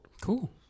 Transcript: Cool